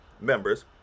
members